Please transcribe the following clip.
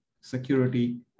security